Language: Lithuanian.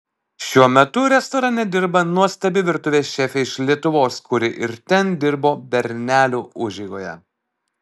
šiuo metu restorane dirba nuostabi virtuvės šefė iš lietuvos kuri ir ten dirbo bernelių užeigoje